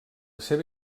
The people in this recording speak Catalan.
seva